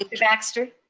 baxter?